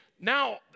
Now